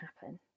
happen